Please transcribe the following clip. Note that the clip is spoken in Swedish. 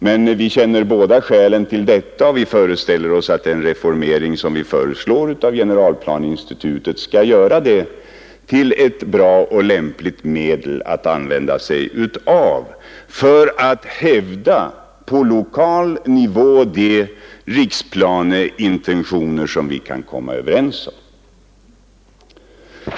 Men vi känner båda skälen till detta, och vi föreställer oss att den reformering av generalplaneinstitutet som man föreslår skall göra det till ett lämpligt medel att använda sig av för att på lokal nivå hävda de riksplaneintentioner som vi kan komma överens om.